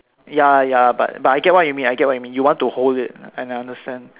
ya ya but but I get what you mean I get what you mean you want to hold it and I understand